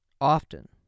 often